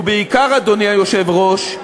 ובעיקר, אדוני היושב-ראש,